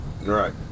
Right